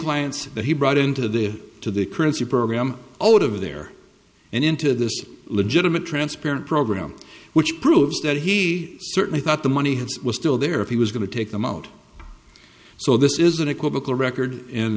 clients that he brought into the to the currency program over there and into this legitimate transparent program which proves that he certainly thought the money was still there if he was going to take them out so this is an equivocal record